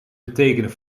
betekenen